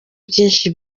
byinshi